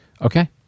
Okay